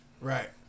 right